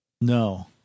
No